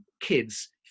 kids